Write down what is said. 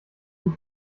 ich